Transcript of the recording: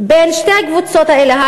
בין שתי הקבוצות האלה,